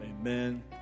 amen